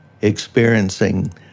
experiencing